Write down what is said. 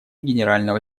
генерального